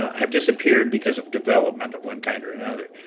have disappeared because of development of one kind or another.